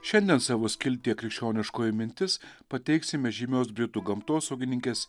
šiandien savo skiltyje krikščioniškoji mintis pateiksime žymios britų gamtosaugininkės